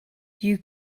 you